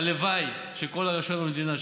הלוואי שכל הרשויות במדינה,